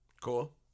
cool